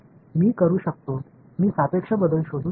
मी करू शकतो मी सापेक्ष बदल शोधू शकतो